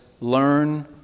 learn